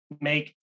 make